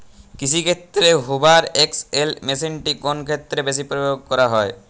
কৃষিক্ষেত্রে Hoover XL মেশিনটি কোন ক্ষেত্রে বেশি প্রয়োগ করা হয়?